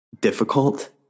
difficult